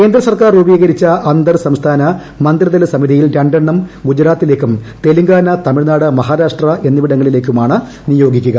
കേന്ദ്രസർക്കാർ രൂപീകരിച്ച അന്തർ സംസ്ക്യിട്ടുന്ന് മന്ത്രിതല സമിതിയിൽ രണ്ടെണ്ണം ഗുജറാത്തിലേക്കും തെലിങ്കാൾ തമിഴ്നാട് മഹാരാഷ്ട്ര എന്നിവിടങ്ങ ളിലേക്കുമാണ് നിയോഗിക്കുക